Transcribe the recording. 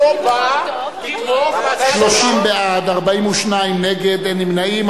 30 בעד, 42 נגד, אין נמנעים.